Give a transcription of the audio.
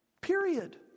Period